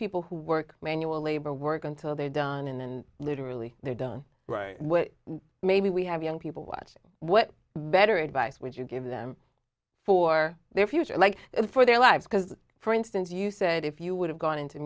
people who work manual labor work until they're done and then literally they're done right maybe we have young people watching what better advice would you give them full for their future like for their lives because for instance you said if you would have gone into